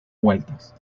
vueltas